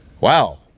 Wow